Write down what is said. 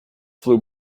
flew